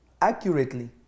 Accurately